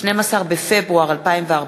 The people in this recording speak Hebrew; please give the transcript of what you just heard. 12 בפברואר 2014,